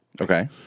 Okay